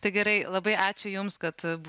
tai gerai labai ačiū jums kad